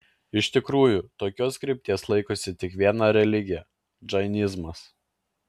iš tikrųjų tokios krypties laikosi tik viena religija džainizmas